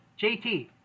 JT